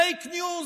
פייק ניוז,